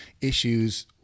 issues